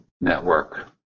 network